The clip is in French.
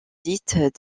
dite